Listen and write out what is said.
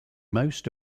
most